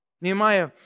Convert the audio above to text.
Nehemiah